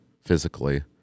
physically